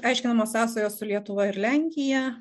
aiškinamos sąsajos su lietuva ir lenkija